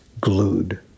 glued